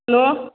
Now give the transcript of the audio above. hello